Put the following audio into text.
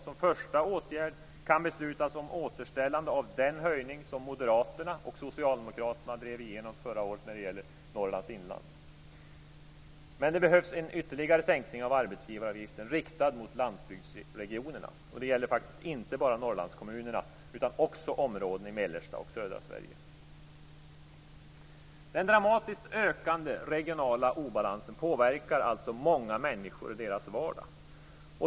Som första åtgärd kan beslutas om återställande av den höjning som moderaterna och socialdemokraterna drev igenom förra året när det gäller Norrlands inland. Men det behövs en ytterligare sänkning av arbetsgivaravgifterna riktad mot landsbygdsregionerna. Det gäller faktiskt inte bara Norrlandskommunerna utan också områden i mellersta och södra Sverige. Den dramatiskt ökande regionala obalansen påverkar många människor i deras vardag.